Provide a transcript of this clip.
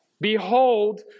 Behold